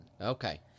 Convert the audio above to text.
Okay